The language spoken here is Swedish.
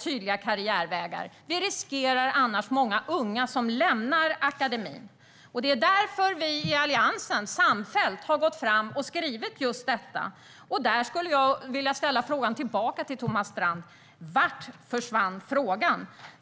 tydliga karriärvägar. Vi riskerar annars att många unga lämnar akademin. Därför har vi i Alliansen samfällt skrivit just detta. Jag skulle vilja ställa frågan tillbaka till Thomas Strand: Vart tog frågan vägen?